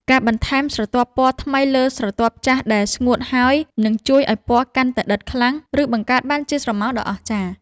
ការបន្ថែមស្រទាប់ពណ៌ថ្មីពីលើស្រទាប់ចាស់ដែលស្ងួតហើយនឹងជួយឱ្យពណ៌កាន់តែដិតខ្លាំង ឬ បង្កើតបានជាស្រមោលដ៏អស្ចារ្យ។